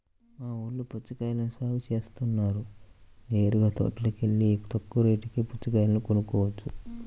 మా ఊల్లో పుచ్చకాయల్ని సాగు జేత్తన్నారు నేరుగా తోటలోకెల్లి తక్కువ రేటుకే పుచ్చకాయలు కొనుక్కోవచ్చు